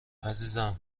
عزیزم